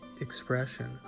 expression